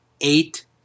eight